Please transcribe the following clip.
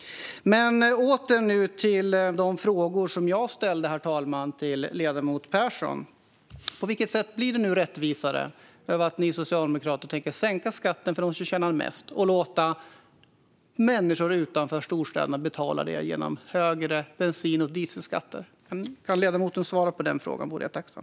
Herr talman! Jag återgår nu till de frågor som jag ställde till ledamoten Persson: På vilket sätt blir det rättvisare när ni socialdemokrater nu tänker sänka skatten för dem som tjänar mest och låta människor utanför storstäderna betala det genom högre bensin och dieselskatter? Om ledamoten kan svara på denna fråga vore jag tacksam.